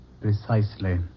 Precisely